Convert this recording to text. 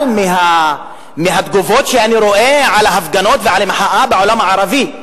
אבל מהתגובות שאני רואה על ההפגנות ועל המחאה בעולם הערבי,